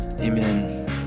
Amen